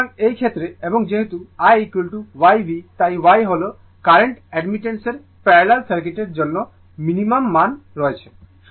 সুতরাং এই ক্ষেত্রে এবং যেহেতু IYV তাই Y হল কারেন্ট অ্যাডমিটেন্সের প্যারালাল সার্কিটের জন্য ন্যূনতম মান রয়েছে